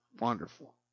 wonderful